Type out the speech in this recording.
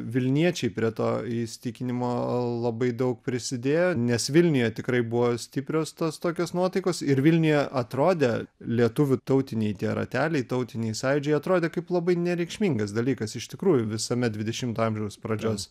vilniečiai prie to įsitikinimo labai daug prisidėjo nes vilniuje tikrai buvo stiprios tos tokios nuotaikos ir vilniuje atrodė lietuvių tautiniai tie rateliai tautiniai sąjūdžiai atrodė kaip labai nereikšmingas dalykas iš tikrųjų visame dvidešimto amžiaus pradžios